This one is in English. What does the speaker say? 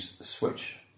switch